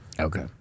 Okay